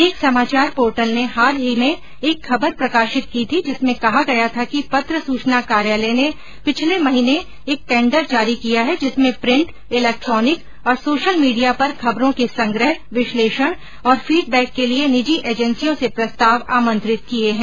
एक समाचार पोर्टल ने हाल ही में एक खबर प्रकाशित की थी जिसमें कहा गया था कि पत्र सुचना कार्यालय ने पिछले महीने एक टेंडर जारी किया है जिसमें प्रिंट इलेक्ट्रॉनिक और सोशल मीडिया पर खबरो के संग्रह विश्लेषण और फीडबैक के लिए निजी एजेंसियो से प्रस्ताव आमंत्रित किए हैं